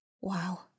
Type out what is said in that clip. Wow